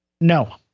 No